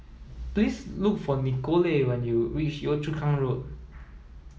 please look for Nikole when you reach Yio Chu Kang Road